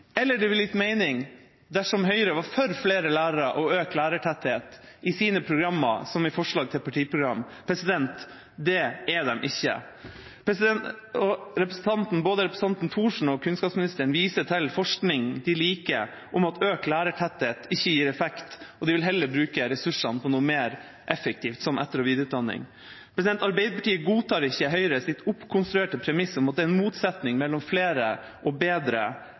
Eller det ville gitt mening dersom Høyre var for flere lærere og økt lærertetthet i sine programmer, som i forslag til partiprogram. Det er de ikke. Både representanten Thorsen og kunnskapsministeren viser til forskning de liker, om at økt lærertetthet ikke gir effekt, og de vil heller bruke ressursene på noe mer effektivt, som etter- og videreutdanning. Arbeiderpartiet godtar ikke Høyres oppkonstruerte premiss om at det er en motsetning mellom flere og bedre